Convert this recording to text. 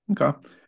Okay